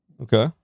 Okay